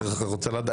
אני רוצה לדעת.